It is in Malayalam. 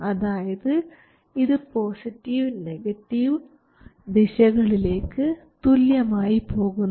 അതായത് ഇത് പോസിറ്റീവ് നെഗറ്റീവ് ദിശകളിലേക്ക് തുല്യമായി പോകുന്നു